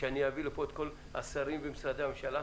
שאני אביא לפה את כל השרים ומשרדי הממשלה?